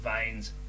veins